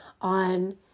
on